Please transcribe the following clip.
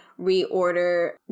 reorder